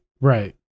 Right